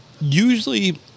Usually